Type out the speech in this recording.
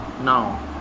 now